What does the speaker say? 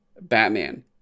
Batman